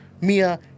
mia